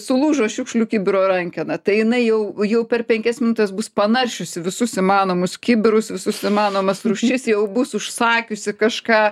sulūžo šiukšlių kibiro rankena tai jinai jau jau per penkias minutes bus panaršiusi visus įmanomus kibirus visus įmanomas rūšis jau bus užsakiusi kažką